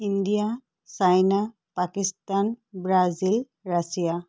India China Pakistan Brazil Russia